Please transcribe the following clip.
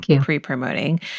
pre-promoting